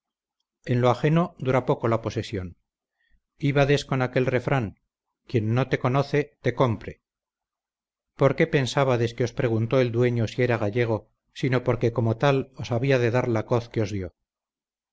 en lo ajeno dura poco la posesión ibades con aquel refrán quien no te conoce te compre por qué pensábades que os preguntó el dueño si era gallego sino porque como tal os había de dar la coz